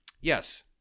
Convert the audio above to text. Yes